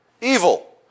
evil